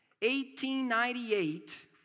1898